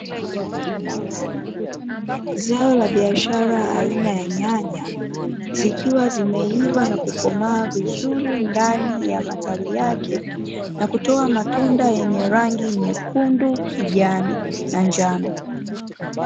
Zao la biashara aina ya nyanya, zikiwa zimeiva na kukomaa vizuri ndani ya matawi yake na kutoa matunda yenye rangi nyekundu, kijani na njano.